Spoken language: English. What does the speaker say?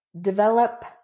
develop